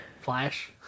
Flash